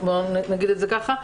נאמר את זה ככה,